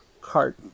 cart